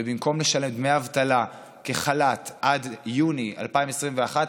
ובמקום לשלם דמי אבטלה כחל"ת עד יוני 2021,